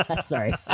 Sorry